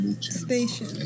station